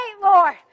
Lord